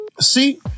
see